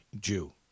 Jew